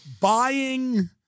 buying